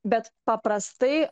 bet paprastai